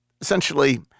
essentially